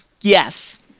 yes